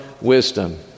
wisdom